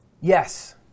Yes